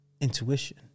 intuition